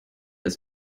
ist